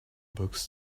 books